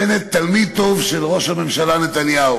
בנט תלמיד טוב של ראש הממשלה נתניהו.